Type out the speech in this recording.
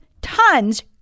tons